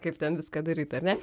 kaip ten viską daryt ar ne